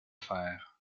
fer